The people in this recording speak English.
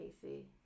Casey